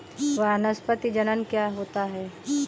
वानस्पतिक जनन क्या होता है?